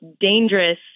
dangerous